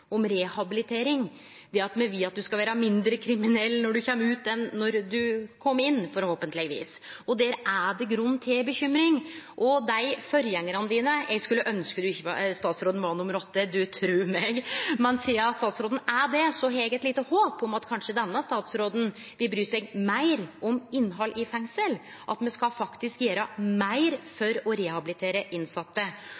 om rehabilitering – det at me vil at ein skal vere mindre kriminell når ein kjem ut, enn då ein kom inn, forhåpentleg. Der er det grunn til bekymring. Statsråden har hatt sju forgjengarar, eg skulle ynskje ho ikkje var nummer åtte, tru meg, men sidan statsråden er det, har eg eit lite håp om at kanskje denne statsråden vil bry seg meir om innhald i fengsel, at me skal gjere meir